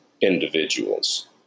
individuals